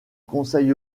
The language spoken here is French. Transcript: conseil